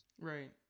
right